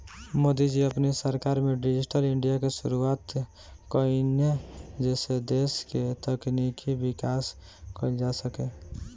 मोदी जी अपनी सरकार में डिजिटल इंडिया के शुरुआत कईने जेसे देस के तकनीकी विकास कईल जा सके